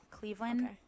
Cleveland